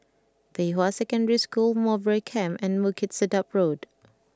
Pei Hwa Secondary School Mowbray Camp and Bukit Sedap Road